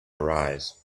arise